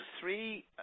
three